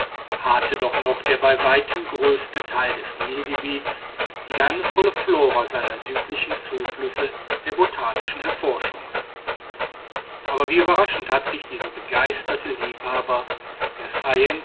harrte doch noch der bei weitem größte teil des nilgebiets die geheimnisvolle flora seiner südlichsten zuflüsse der botanischen erforschung aber wie überraschend hat sich dieser begeisterte liebhaber der